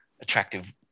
attractive